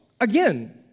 again